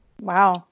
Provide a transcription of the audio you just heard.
Wow